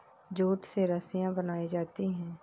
jute से रस्सियां बनायीं जाती है